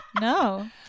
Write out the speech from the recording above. No